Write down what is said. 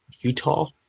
Utah